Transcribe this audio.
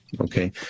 Okay